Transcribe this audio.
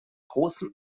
großem